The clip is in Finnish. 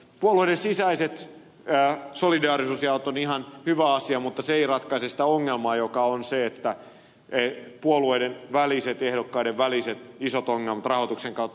puolueiden sisäiset solidaarisuusjaot ovat ihan hyvä asia mutta se ei ratkaise sitä ongelmaa joka on se että on puolueiden väliset ehdokkaiden väliset isot ongelmat rahoituksen kautta